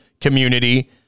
community